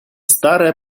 старая